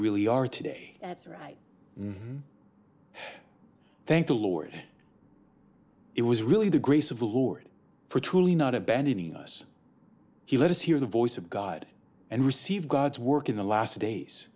really are today that's right and thank the lord it was really the grace of the lord for truly not abandoning us he let us hear the voice of god and receive god's work in the last days